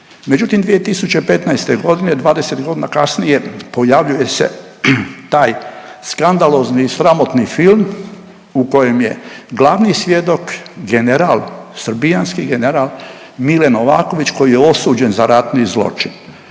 Međutim 2015. godine, 20 godina kasnije pojavljuje se taj skandalozni i sramotni film u kojem je glavni svjedok general, srbijanski general Mile Novaković koji je osuđen za ratni zločin.